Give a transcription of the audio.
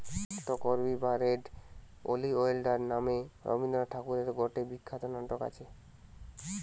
রক্তকরবী বা red oleander নামে রবীন্দ্রনাথ ঠাকুরের গটে বিখ্যাত নাটক আছে